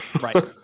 Right